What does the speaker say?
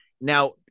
Now